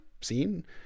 seen